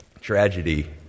tragedy